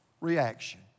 reaction